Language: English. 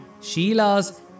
Sheila's